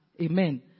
Amen